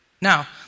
Now